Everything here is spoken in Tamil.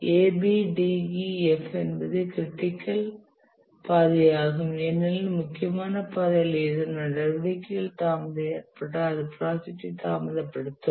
A B D E F என்பது க்ரிட்டிக்கல் பாதையாகும் ஏனெனில் முக்கியமான பாதையில் ஏதேனும் நடவடிக்கைகளில் தாமதம் ஏற்பட்டால் அது ப்ராஜெக்டை தாமதப்படுத்தும்